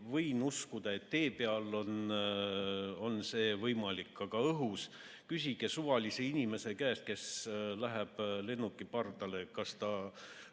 võin uskuda, et tee peal on see võimalik, aga õhus ... Küsige suvalise inimese käest, kes läheb lennuki pardale, kas ta